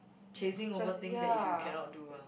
chasing over things that if you cannot do ah